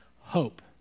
Hope